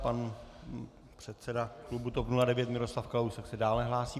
Pan předseda klubu TOP 09 Miroslav Kalousek se dále hlásí.